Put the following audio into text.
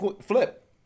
flip